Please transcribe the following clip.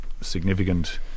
significant